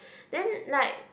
then like